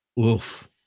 Oof